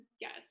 Yes